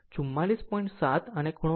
7 અને ખૂણો 42